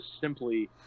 simply